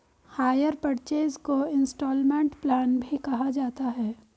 higher purchase को instalment plan भी कहा जाता है